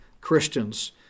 Christians